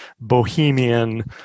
Bohemian